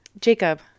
jacob